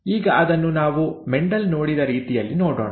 ಈಗ ಅದನ್ನು ನಾವು ಮೆಂಡೆಲ್ ನೋಡಿದ ರೀತಿಯಲ್ಲಿ ನೋಡೋಣ